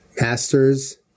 Masters